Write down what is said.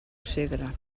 segre